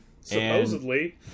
supposedly